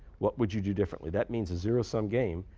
what would you do differently? that means a zero sum game.